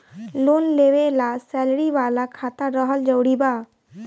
Loan लेवे ला salary वाला खाता रहल जरूरी बा?